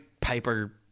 Piper